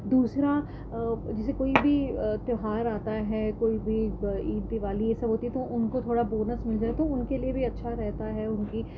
دوسرا جیسے کوئی بھی تیوہار آتا ہے کوئی بھی عید دیوالی یہ سب ہوتی ہے تو ان کو تھوڑا بونس مل جائے تو ان کے لیے بھی اچھا رہتا ہے ان کی